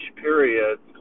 periods